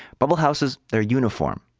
bubble houses, they're uniform.